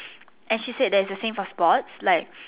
and she said that it's the same for sports like